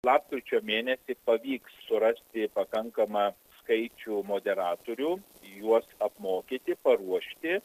lapkričio mėnesį pavyks surasti pakankamą skaičių moderatorių juos apmokyti paruošti